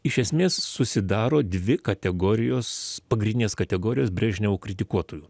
iš esmės susidaro dvi kategorijos pagrindinės kategorijos brežniavo kritikuotojų